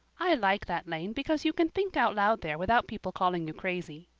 i like that lane because you can think out loud there without people calling you crazy.